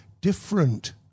different